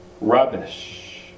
rubbish